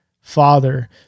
Father